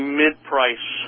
mid-price